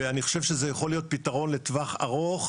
ואני חושב שזה יכול להיות פתרון לטווח ארוך,